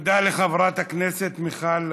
תודה לחברת הכנסת מיכל רוזין,